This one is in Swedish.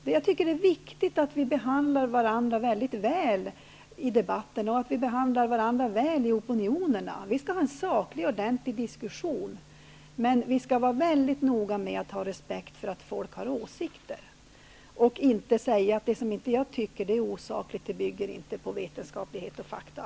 Det är viktigt att vi behandlar varandra väldigt väl i debatten och inom opinionerna. Vi skall ha en saklig och ordentlig diskussion, men vi skall vara noga med att ha respekt för folks åsikter och inte säga att det som vi inte tycker är osakligt, att det inte bygger på vetenskaplighet och fakta.